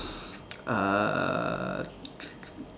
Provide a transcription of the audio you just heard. uh